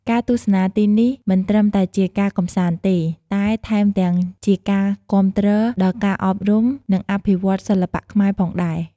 ការទស្សនាទីនេះ មិនត្រឹមតែជាការកម្សាន្តទេ តែថែមទាំងជាការគាំទ្រដល់ការអប់រំ និងអភិវឌ្ឍន៍សិល្បៈខ្មែរផងដែរ។